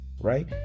right